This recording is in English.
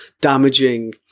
damaging